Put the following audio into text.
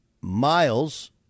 Miles